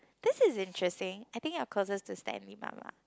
this is interesting I think you're closest to Stanley mama